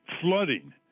flooding